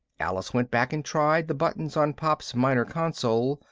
alice went back and tried the buttons on pop's minor console.